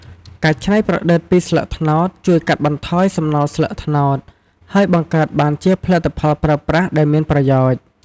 ការច្នៃប្រឌិតផ្លិតពីស្លឹកត្នោត ជួយកាត់បន្ថយសំណល់ស្លឹកត្នោត ហើយបង្កើតបានជាផលិតផលប្រើប្រាស់ដែលមានប្រយោជន៍។